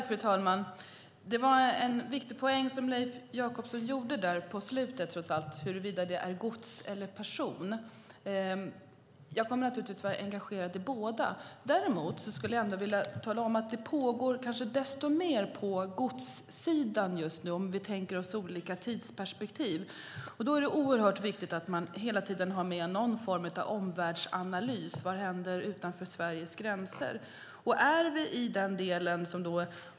Fru talman! Det var en viktig poäng som Leif Jakobsson kom med på slutet - huruvida det gäller godstrafik eller persontrafik. Jag kommer naturligtvis att vara engagerad i båda. Däremot vill jag tala om att det pågår kanske desto mer på godssidan just nu, om vi tänker oss olika tidsperspektiv. Då är det oerhört viktigt att hela tiden ha med någon form av omvärldsanalys: Vad händer utanför Sveriges gränser?